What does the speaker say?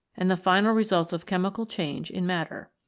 and the final results of chemical change in matter.